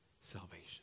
salvation